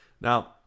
Now